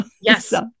yes